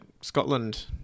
Scotland